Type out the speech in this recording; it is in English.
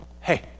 Hey